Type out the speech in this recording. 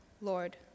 Lord